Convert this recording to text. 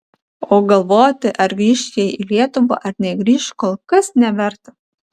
o galvoti ar grįš jie į lietuvą ar negrįš kol kas neverta